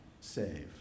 save